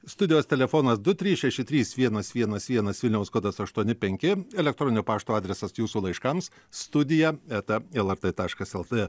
studijos telefonas du trys šeši trys vienas vienas vienas vilniaus kodas aštuoni penki elektroninio pašto adresas jūsų laiškams studija eta lrt taškas lt